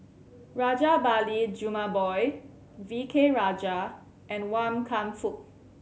Rajabali Jumabhoy V K Rajah and Wan Kam Fook